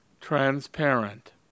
Transparent